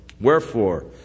Wherefore